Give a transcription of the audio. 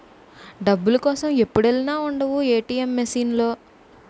డబ్బుల కోసం ఎప్పుడెల్లినా ఉండవు ఏ.టి.ఎం మిసన్ లో